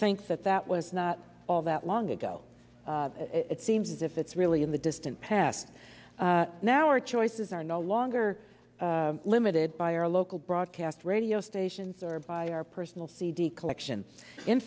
think that that was not all that long ago it seems as if it's really in the distant past now our choices are no longer limited by our local broadcast radio stations or by our personal cd collection in